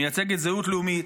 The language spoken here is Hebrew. מייצגת זהות לאומית.